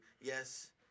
Yes